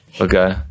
okay